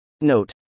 Note